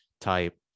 type